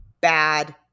bad